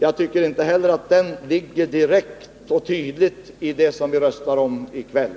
Jag tycker inte heller att den ingår tydligt i det vi röstar om i kväll.